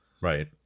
right